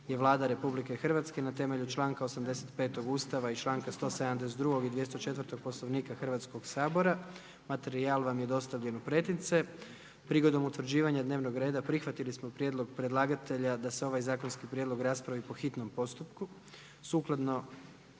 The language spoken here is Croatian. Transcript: je Vlada RH na temelju članka 85. Ustava RH i članaka 172., 204. i 206. Poslovnika Hrvatskog sabora. Materijal je dostavljen svima u pretince. Sukladno članku 206. Poslovnika prigodom utvrđivanja dnevnog reda prihvaćen je prijedlog predlagatelja da se ovaj zakonski prijedlog raspravi po hitnom postupku,